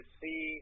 see